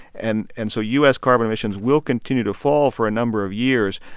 and and so u s. carbon emissions will continue to fall for a number of years.